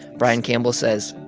brian campbell says,